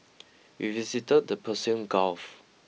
we visited the Persian Gulf